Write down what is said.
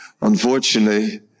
Unfortunately